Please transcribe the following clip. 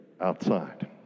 outside